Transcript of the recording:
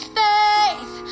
faith